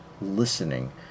listening